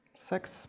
six